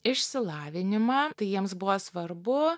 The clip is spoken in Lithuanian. išsilavinimą tai jiems buvo svarbu